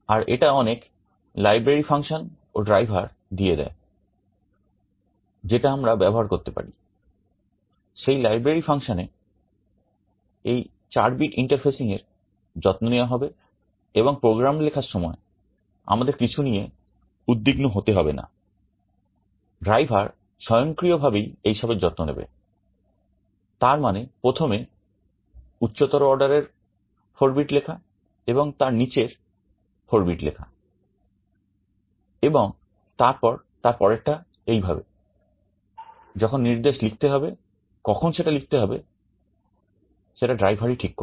am bed ই ঠিক করে নেবে